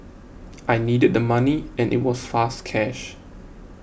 I needed the money and it was fast cash